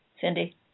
Cindy